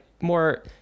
more